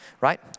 right